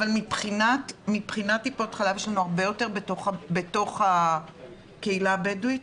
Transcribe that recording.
אבל מבחינת טיפות חלב יש לנו הרבה יותר בתוך הקהילה הבדואית,